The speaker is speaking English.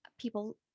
people